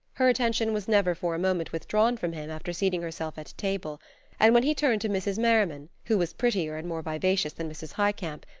her attention was never for a moment withdrawn from him after seating herself at table and when he turned to mrs. merriman, who was prettier and more vivacious than mrs. highcamp,